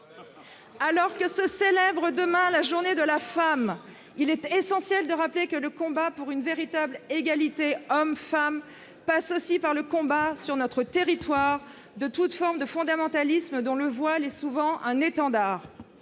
Alors que se célèbre demain la Journée de la femme, il est essentiel de rappeler que le combat pour une véritable égalité hommes-femmes passe aussi par le combat, sur notre territoire, contre toute forme de fondamentalisme, dont le voile est souvent un étendard.